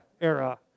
era